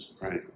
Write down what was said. Right